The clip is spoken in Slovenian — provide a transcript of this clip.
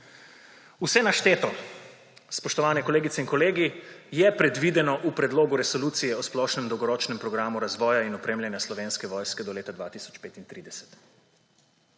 Vse našteto, spoštovane kolegice in kolegi, je predvideno v Predlogu resolucije o splošnem dolgoročnem programu razvoja in opremljanja Slovenske vojske do leta 2035